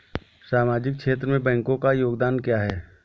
सामाजिक क्षेत्र में बैंकों का योगदान क्या है?